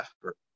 effort